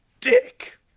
dick